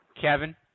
Kevin